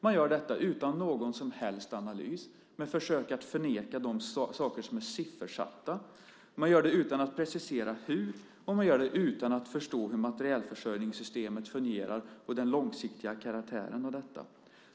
Man gör detta utan någon som helst analys med försök att förneka det som är siffersatt. Man gör det utan att precisera hur, och man gör det utan att förstå hur materielförsörjningssystemet fungerar och den långsiktiga karaktären av det.